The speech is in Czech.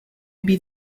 být